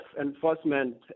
enforcement